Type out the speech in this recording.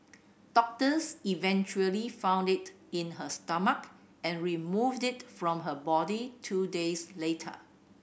doctors eventually found it in her stomach and removed it from her body two days later